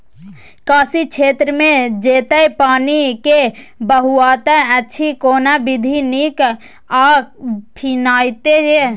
कोशी क्षेत्र मे जेतै पानी के बहूतायत अछि केना विधी नीक आ किफायती ये?